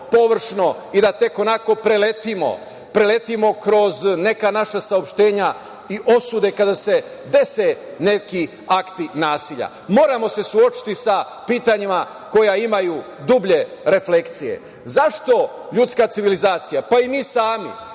i da tek onako preletimo, preletimo kroz neka naša saopštenja i osude kada se dese neki akti nasilja. Moramo se suočiti sa pitanjima koja imaju dublje reflekcije.Zašto ljudska civilizacija, pa i mi sami